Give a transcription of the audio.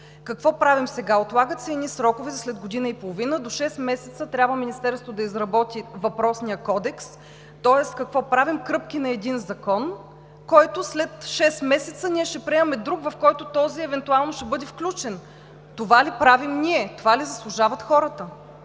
Какво правим сега? Отлагат се едни срокове за след година и половина, до шест месеца трябва Министерството да изработи въпросния кодекс. Тоест какво правим? Кръпки на един закон! След шест месеца ще правим друг, в който този евентуално ще бъде включен. Това ли правим ние? Това ли заслужават хората?